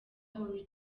holy